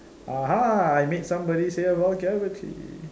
ah ha I made somebody say vulgarity